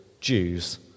Jews